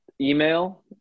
email